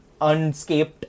unscaped